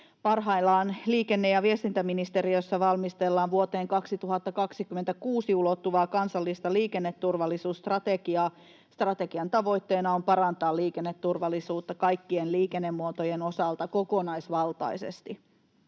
Parhaillaan liikenne- ja viestintäministeriössä valmistellaan vuoteen 2026 ulottuvaa kansallista liikenneturvallisuusstrategiaa. Strategian tavoitteena on parantaa liikenneturvallisuutta kaikkien liikennemuotojen osalta kokonaisvaltaisesti.